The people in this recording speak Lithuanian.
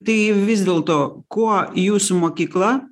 tai vis dėl to kuo jūsų mokykla